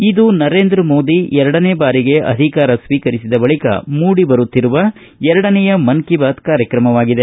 ಇದು ನರೇಂದ್ರಮೋದಿ ಎರಡನೇ ಬಾರಿಗೆ ಅಧಿಕಾರ ಸ್ವೀಕರಿಸಿದ ಬಳಿಕ ಮೂಡಿಬರುತ್ತಿರುವ ಎರಡನೆಯ ಮನ್ ಕೀ ಬಾತ್ ಕಾರ್ಯಕ್ರಮವಾಗಿದೆ